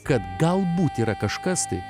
kad galbūt yra kažkas tai